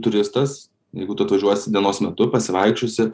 turistas jeigu tu atvažiuosi dienos metu pasivaikščiosi